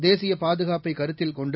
தேசிய பாதுகாப்பை கருத்தில் கொண்டு